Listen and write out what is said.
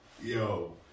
yo